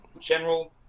General